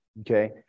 okay